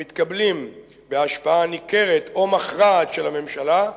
המתקבלים בהשפעה ניכרת או מכרעת של הממשלה,